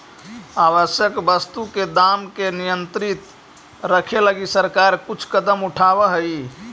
आवश्यक वस्तु के दाम के नियंत्रित रखे लगी सरकार कुछ कदम उठावऽ हइ